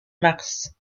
mars